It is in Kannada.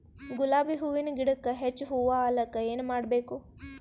ಗುಲಾಬಿ ಹೂವಿನ ಗಿಡಕ್ಕ ಹೆಚ್ಚ ಹೂವಾ ಆಲಕ ಏನ ಮಾಡಬೇಕು?